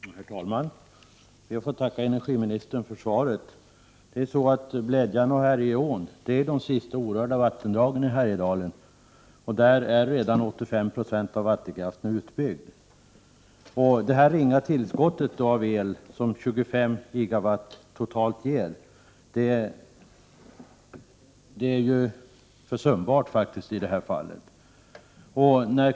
Herr talman! Jag ber att få tacka energiministern för svaret. Blädjan och Härjeån är faktiskt de sista orörda vattendragen i Härjedalen, där 85 90 av vattendragen redan är utbyggda. Det ringa tillskott av el som det här skulle röra sig om — totale 25 gigawatt — är försumbart i det här avseendet.